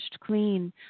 clean